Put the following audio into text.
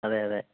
അതെ അതെ